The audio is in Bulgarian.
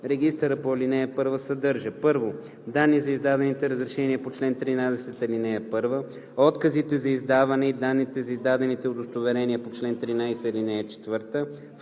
Регистърът по ал. 1 съдържа: 1. данни за издадените разрешения по чл. 13, ал. 1, отказите за издаване и данните за издадените удостоверения по чл. 13, ал. 4;